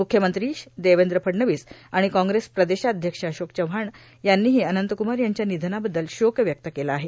मुख्यमंत्री देवेंद्र फडणवीस आणि काँग्रेस प्रदेशाध्यक्ष अशोक चव्हाण यांनीही अनंत कुमार यांच्या निधनाबद्दल शोक व्यक्त केला आहे